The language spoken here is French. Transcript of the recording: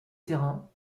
terrain